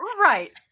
right